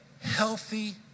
healthy